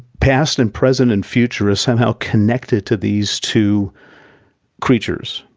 past and present and future is somehow connected to these two creatures.